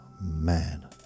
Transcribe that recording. man